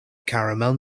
caramel